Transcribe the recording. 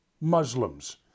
muslims